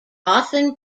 often